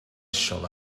shall